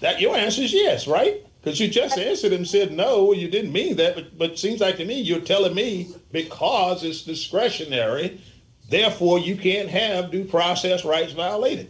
that your answer is yes right because you justice in him said no you didn't mean that but it seems like to me you're telling me because it's discretionary therefore you can't have due process rights violated